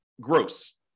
gross